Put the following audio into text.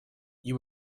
you